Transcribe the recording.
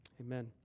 amen